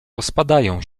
rozpadają